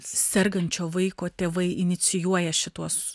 sergančio vaiko tėvai inicijuoja šituos